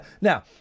now